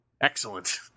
excellent